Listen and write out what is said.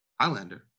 Highlander